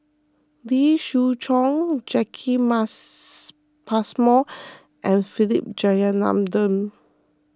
Lee Siew Choh Jacki Passmore and Philip Jeyaretnam